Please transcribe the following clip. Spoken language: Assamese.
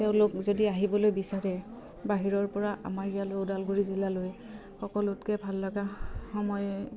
তেওঁলোক যদি আহিবলৈ বিচাৰে বাহিৰৰ পৰা আমাৰ ইয়ালৈ ওদালগুৰি জিলালৈ সকলোতকৈ ভাল লগা সময়ে